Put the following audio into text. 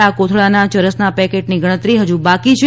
આ કોથળાના ચરસના પેકેટની ગણતરી હજુ બાકી છે